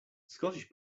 scottish